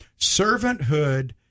Servanthood